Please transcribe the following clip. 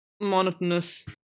monotonous